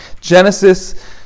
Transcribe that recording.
Genesis